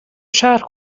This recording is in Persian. شهر